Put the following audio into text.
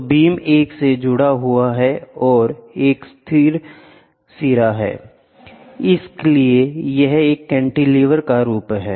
तो बीम एक से जुड़ा हुआ है यह एक सिथर सिरा है इसलिए यह एक कैंटीलेवर है